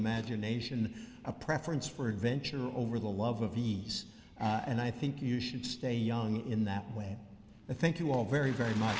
imagination a preference for adventure over the love of these and i think you should stay young in that way the thank you all very very much